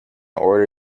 order